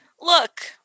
Look